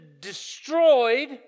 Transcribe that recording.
destroyed